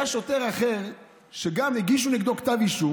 היה שוטר אחר שגם הגישו נגדו כתב אישום